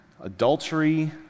Adultery